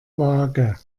vage